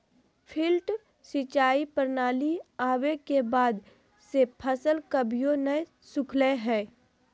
lift सिंचाई प्रणाली आवे के बाद से फसल कभियो नय सुखलय हई